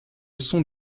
sont